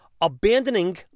abandoning